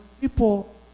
people